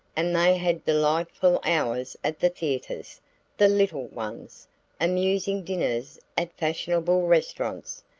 and they had delightful hours at the theatres the little ones amusing dinners at fashionable restaurants,